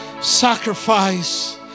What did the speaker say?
sacrifice